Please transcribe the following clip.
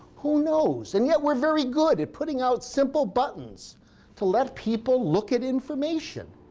who knows? and yet we're very good at putting out simple buttons to let people look at information.